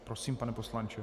Prosím, pane poslanče.